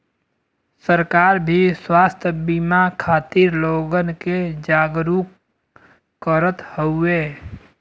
सरकार भी स्वास्थ बिमा खातिर लोगन के जागरूक करत हउवे